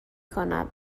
کند